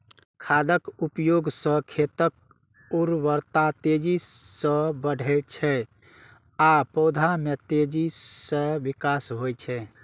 खादक उपयोग सं खेतक उर्वरता तेजी सं बढ़ै छै आ पौधा मे तेजी सं विकास होइ छै